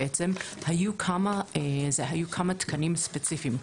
היו כמה תקנים ספציפיים,